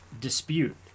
dispute